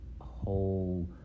whole